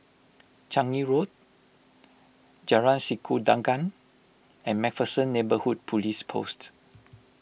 Changi Road Jalan Sikudangan and MacPherson Neighbourhood Police Post